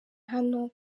hano